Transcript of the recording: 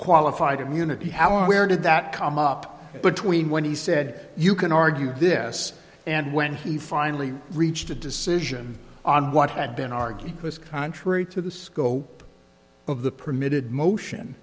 qualified immunity how or where did that come up between when he said you can argue this and when he finally reached a decision on what had been argued was contrary to the scope of the permitted motion